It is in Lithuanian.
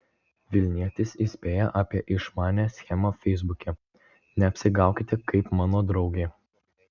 vilnietis įspėja apie išmanią schemą feisbuke neapsigaukite kaip mano draugė